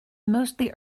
mostly